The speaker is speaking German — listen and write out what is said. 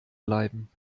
bleiben